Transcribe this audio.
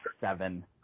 seven